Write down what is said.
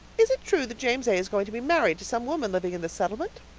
is it true that james a. is going to be married to some woman living in this settlement?